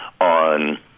on